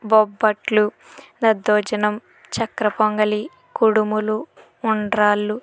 బొబ్బట్లు దద్దోజనం చక్ర పొంగలి కుడుములు ఉండ్రాళ్ళు